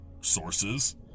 sources